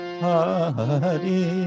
Hari